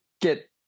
get